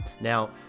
now